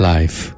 Life